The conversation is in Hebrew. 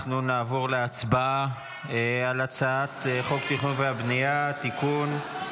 אנחנו נעבור להצבעה על הצעת חוק התכנון והבנייה (תיקון,